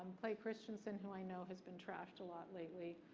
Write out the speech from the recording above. clay christianson, who i know has been trashed a lot lately,